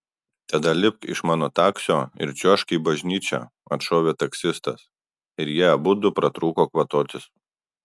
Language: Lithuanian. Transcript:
tada lipk iš mano taksio ir čiuožk į bažnyčią atšovė taksistas ir jie abudu pratrūko kvatotis